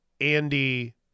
Andy